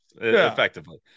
effectively